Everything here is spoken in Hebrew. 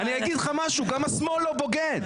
אגיד לך משהו, גם השמאל לא בוגד.